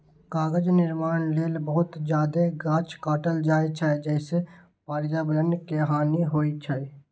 कागज निर्माण लेल बहुत जादे गाछ काटल जाइ छै, जइसे पर्यावरण के हानि होइ छै